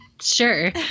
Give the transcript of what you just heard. Sure